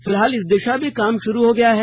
फिलहाल इस दिशा में काम शुरू हो गया है